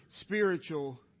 spiritual